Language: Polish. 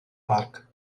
park